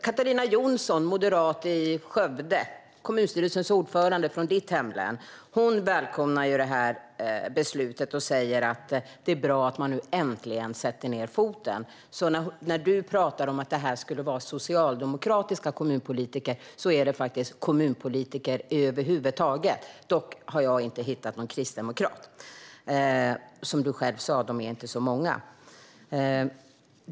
Katarina Jonsson, moderat i Skövde och kommunstyrelsens ordförande i ditt hemlän, Penilla Gunther, välkomnar beslutet och säger att det är bra att man äntligen sätter ned foten. Du talar om att detta skulle gälla socialdemokratiska kommunpolitiker, men det gäller faktiskt kommunpolitiker över huvud taget. Dock har jag inte hittat någon kristdemokrat; som du själv sa är de inte så många.